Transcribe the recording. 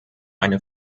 eine